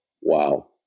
Wow